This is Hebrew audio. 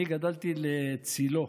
אני גדלתי בצילו,